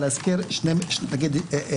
אבל אזכיר שני גופים,